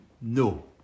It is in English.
no